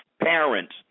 parents